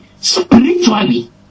spiritually